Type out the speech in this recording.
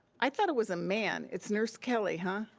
i thought it was a man, it's nurse kelly, huh?